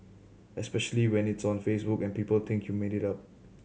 especially when it's on Facebook and people think you made it up